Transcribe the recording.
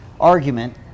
argument